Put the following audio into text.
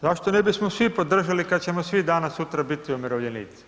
Zašto ne bismo svi podržali, kad ćemo svi danas sutra biti umirovljenici?